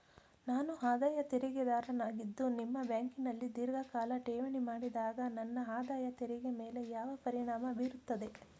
ನಾನು ಆದಾಯ ತೆರಿಗೆದಾರನಾಗಿದ್ದು ನಿಮ್ಮ ಬ್ಯಾಂಕಿನಲ್ಲಿ ಧೀರ್ಘಕಾಲ ಠೇವಣಿ ಮಾಡಿದಾಗ ನನ್ನ ಆದಾಯ ತೆರಿಗೆ ಮೇಲೆ ಯಾವ ಪರಿಣಾಮ ಬೀರುತ್ತದೆ?